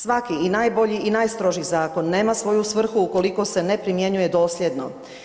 Svaki i najbolji i najstroži zakon nema svoju svrhu ukoliko se ne primjenjuje dosljedno.